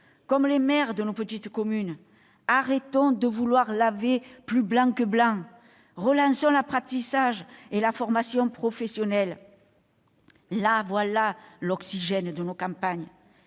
Comme les maires de nos petites communes, arrêtons de vouloir laver plus blanc que blanc. Relançons l'apprentissage et la formation professionnelle. Le voilà, l'oxygène de nos campagnes